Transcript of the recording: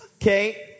okay